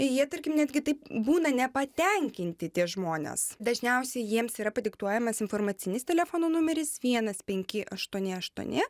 jie tarkim netgi taip būna nepatenkinti tie žmonės dažniausiai jiems yra padiktuojamas informacinis telefono numeris vienas penki aštuoni aštuoni